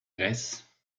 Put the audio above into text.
grèce